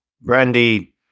Brandy